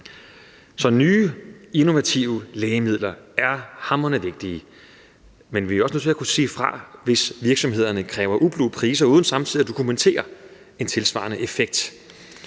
Nye innovative lægemidler er hamrende vigtige. Men vi er også nødt til at kunne sige fra, hvis virksomhederne opkræver ublu priser uden samtidig at kunne dokumentere en tilsvarende effekt.